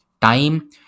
time